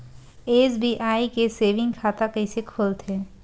SBI के saving खाता कइसे खोलथे?